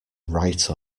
write